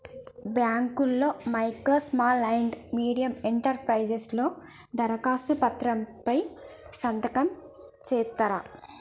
బాంకుల్లో micro small and medium enterprises లలో దరఖాస్తు పత్రం పై సంతకం సేయిత్తరు